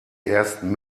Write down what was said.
ersten